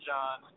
John